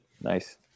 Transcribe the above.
Nice